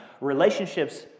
Relationships